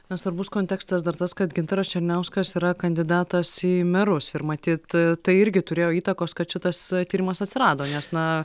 na svarbus kontekstas dar tas kad gintaras černiauskas yra kandidatas į merus ir matyt tai irgi turėjo įtakos kad šitas tyrimas atsirado nes na